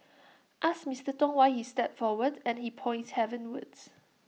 ask Mister Tong why he stepped forward and he points heavenwards